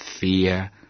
fear